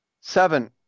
Seven